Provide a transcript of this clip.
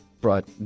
Brought